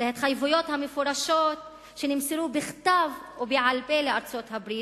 להתחייבויות המפורשות שנמסרו בכתב ובעל-פה לארצות-הברית,